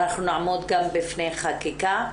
אנחנו נעמוד גם בפני חקיקה.